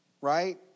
right